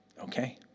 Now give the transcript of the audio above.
Okay